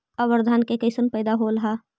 अबर धान के कैसन पैदा होल हा?